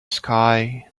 sky